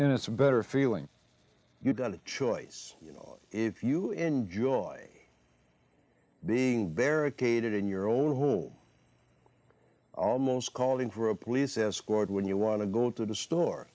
a better feeling you got a choice you know if you enjoy being barricaded in your own home almost calling for a police escort when you want to go to the store